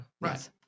Right